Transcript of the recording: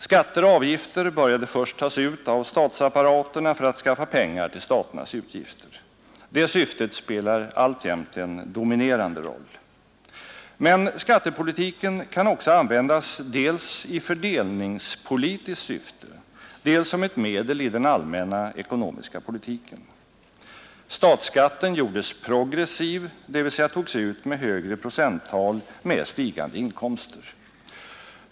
Skatter och avgifter började först tas ut av statsapparaterna för att skaffa pengar till staternas utgifter. Det syftet spelar alltjämt en dominerande roll. Men skattepolitiken kan också användas dels i fördelningspolitiskt syfte, dels som ett medel i den allmänna ekonomiska politiken. Statsskatten gjordes progressiv, dvs. togs ut med högre procenttal med stigande inkomster.